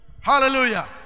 Hallelujah